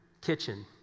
kitchen